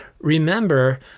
Remember